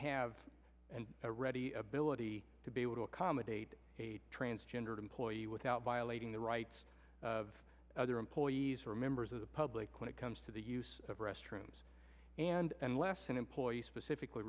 have and ready ability to be able to accommodate a transgendered employee without violating the rights of other employees or members of the public when it comes to the use of restrooms and unless an employee specifically